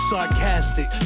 Sarcastic